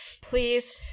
please